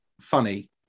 funny